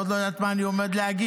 היא עוד לא יודעת מה אני עומד להגיד.